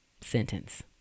sentence